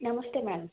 నమస్తే మేడం